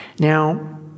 Now